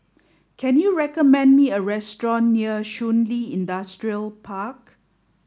can you recommend me a restaurant near Shun Li Industrial Park